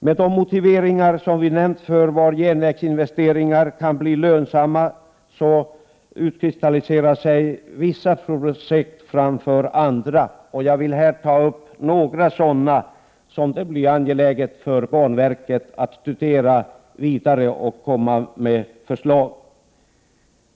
Med de motiveringar som vi har nämnt för var järnvägsinvesteringar kan bli lönsamma utkristalliserar sig vissa projekt framför andra. Jag vill här ta upp några sådana, som det blir angeläget för banverket att studera vidare och komma med förslag om.